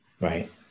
Right